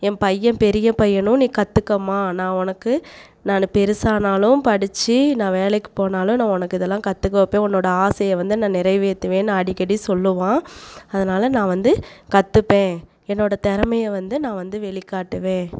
என் பையன் பெரிய பையனும் நீ கத்துக்கம்மா நான் உனக்கு நான் பெருசானாலும் படித்து நான் வேலைக்கி போனாலும் நான் உனக்கு இதெலாம் கற்றுக்க வைப்பேன் உன்னோட ஆசையை வந்து நான் நிறைவேத்துவேன்னு அடிக்கடி சொல்லுவான் அதனால நான் வந்து கற்றுப்பேன் என்னோட திறமைய வந்து நான் வந்து வெளி காட்டுவேன்